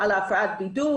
על הפרת בידוד.